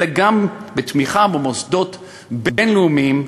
אלא גם בתמיכה במוסדות בין-לאומיים,